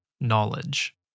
knowledge